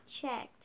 checked